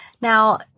Now